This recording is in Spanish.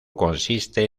consiste